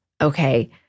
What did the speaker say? Okay